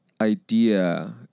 idea